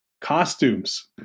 costumes